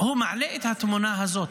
הוא מעלה את התמונה הזאת.